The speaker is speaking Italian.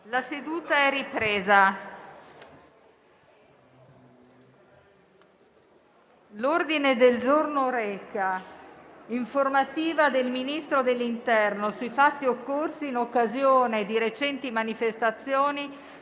una nuova finestra"). L'ordine del giorno reca: «Informativa del Ministro dell'interno sui fatti occorsi in occasione di recenti manifestazioni